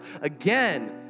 again